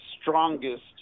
strongest